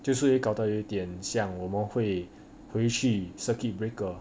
就是会搞到有点像我们会回去 circuit breaker